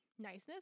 niceness